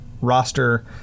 roster